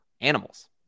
animals